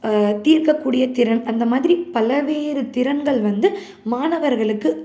தீர்க்கக்கூடிய திறன் அந்தமாதிரி பல்வேறு திறன்கள் வந்து மாணவர்களுக்கு